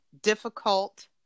Difficult